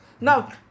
Now